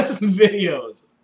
videos